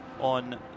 on